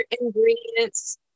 ingredients